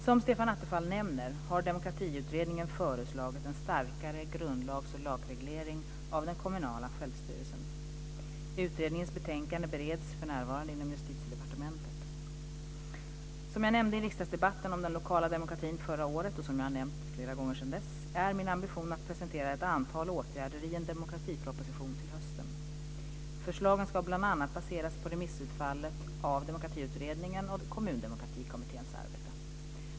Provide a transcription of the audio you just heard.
Som Stefan Attefall nämner har Demokratiutredningen föreslagit en starkare grundlags och lagreglering av den kommunala självstyrelsen. Utredningens betänkande bereds för närvarande inom Justitiedepartementet. Som jag nämnde i riksdagsdebatten om den lokala demokratin förra året, och som jag har nämnt flera gånger sedan dess, är min ambition att presentera ett antal åtgärder i en demokratiproposition till hösten. Förslagen ska bl.a. baseras på remissutfallet av Demokratiutredningen och Kommundemokratikommitténs arbete.